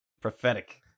Prophetic